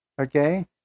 Okay